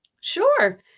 sure